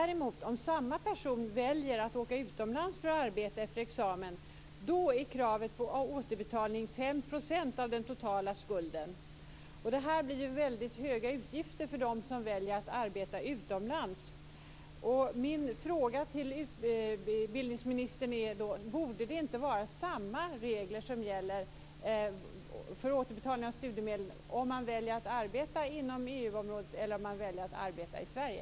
Om samma person däremot väljer att efter examen åka utomlands för att arbeta är kravet på återbetalning 5 % av den totala skulden. Det här gör att det blir väldigt höga utgifter för dem som väljer att arbeta utomlands. Borde det inte vara samma regler som gäller för återbetalning av studiemedel oavsett om man väljer att arbeta inom EU-området eller om man väljer att arbeta i Sverige?